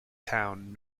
town